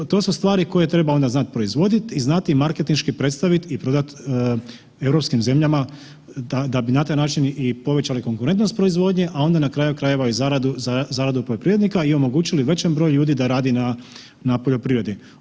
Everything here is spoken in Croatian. Jer to su stvari koje treba onda znat proizvodit i znati marketinški predstavit i prodat europskim zemljama da bi na taj način i povećali konkurentnost proizvodnje, a onda na kraju krajeva zaradu, zaradu poljoprivrednika i omogućili većem broju ljudi da radi na, na poljoprivredi.